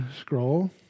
scroll